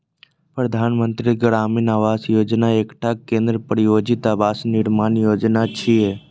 प्रधानमंत्री ग्रामीण आवास योजना एकटा केंद्र प्रायोजित आवास निर्माण योजना छियै